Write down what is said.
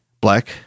black